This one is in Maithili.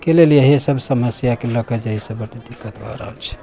के लेल यहि सभ समस्याके लऽ कऽ जेहिसँ बड्ड दिक्कत भऽ रहल छै